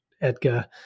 edgar